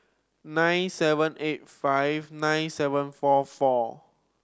nine seven eight five nine seven four four